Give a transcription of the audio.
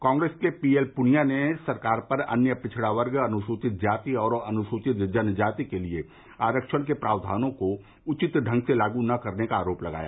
कांग्रेस के P L Punia ने सरकार पर अन्य पिछड़ा वर्ग अनुसूचित जाति और अनुसूचित जनजाति के लिए आरक्षण के प्रावधानों को उचित ढंग से लागू नही करने का आरोप लगाया